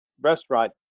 restaurant